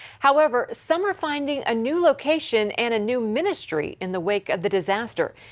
however, some are finding a new location and a new ministry in the wake of the disaster.